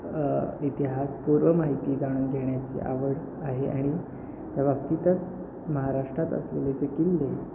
इतिहास पूर्व माहिती जाणून घेण्याची आवड आहे आणि त्या बाबतीतच महाराष्ट्रात असलेले जे किल्ले